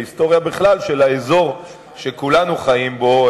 ההיסטוריה בכלל של האזור שכולנו חיים בו,